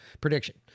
prediction